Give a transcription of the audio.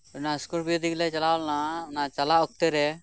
ᱚᱱᱟ ᱥᱠᱚᱨᱯᱤᱭᱚ ᱛᱮᱜᱮᱞᱮ ᱪᱟᱞᱟᱣ ᱞᱮᱱᱟ ᱪᱟᱞᱟᱜ ᱚᱠᱛᱮᱨᱮ